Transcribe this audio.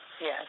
Yes